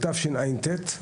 בתשע"ט,